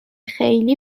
خیلی